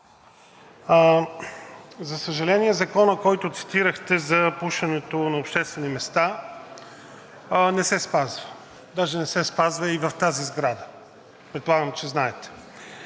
за съжаление, законът, който цитирахте – за пушенето на обществени места, не се спазва. Даже не се спазва и в тази сграда – предполагам, че знаете.